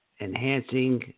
enhancing